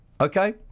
Okay